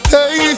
Hey